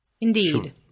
Indeed